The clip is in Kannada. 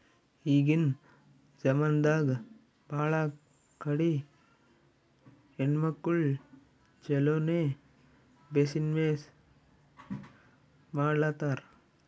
ಈಗಿನ್ ಜಮಾನಾದಾಗ್ ಭಾಳ ಕಡಿ ಹೆಣ್ಮಕ್ಕುಳ್ ಛಲೋನೆ ಬಿಸಿನ್ನೆಸ್ ಮಾಡ್ಲಾತಾರ್